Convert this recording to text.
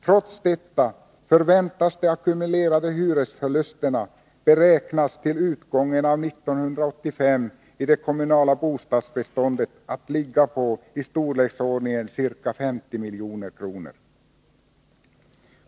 Trots detta förväntas de ackumulerade hyresförlusterna i det kommunala bostadsbeståndet att vid utgången av 1985 ligga på ca 50 milj.kr.